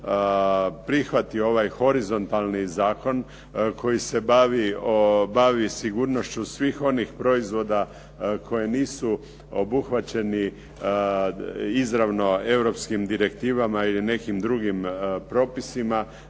prihvati ovaj horizontalnim zakon koji se bavi sigurnošću svih onih proizvoda koji nisu obuhvaćeni izravno europskim direktivama ili nekim drugim propisima